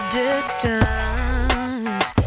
distance